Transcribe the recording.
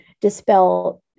dispel